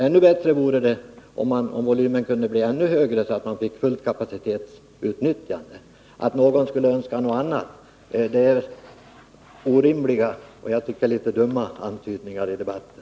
Ännu bättre vore det om volymen kunde bli ännu större, så att man fick fullt kapacitetsutnyttjande. Att påstå att någon skulle önska något annat är att göra orimliga och litet dumma antydningar i debatten.